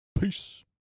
Peace